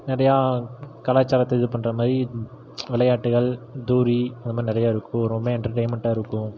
நிறையா கலாச்சாரத்தை இது பண்ணுற மாதிரி விளையாட்டுகள் தூரி அதை மாதிரி நிறையா இருக்கும் ரொம்ப எண்டர்டைமெண்ட்டாக இருக்கும்